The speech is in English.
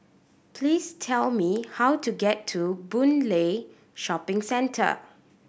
please tell me how to get to Boon Lay Shopping Centre